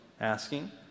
asking